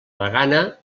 degana